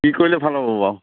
কি কৰিলে ভাল হ'ব বাৰু